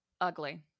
Ugly